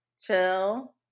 chill